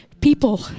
People